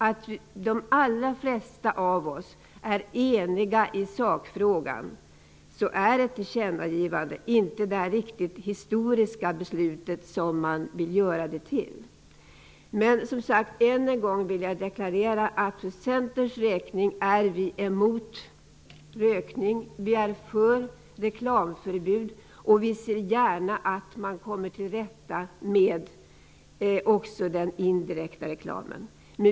Eftersom de allra flesta av oss är eniga i sakfrågan, är ett tillkännagivande inte det där riktigt historiska beslutet som man vill göra det till. Än en gång vill jag deklarera att vi i Centern är emot rökning, vi är för ett reklamförbud, och vi ser gärna att man kommer till rätta med också den indirekta reklamen.